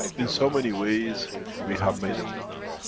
in so many ways we have made the move.